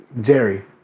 Jerry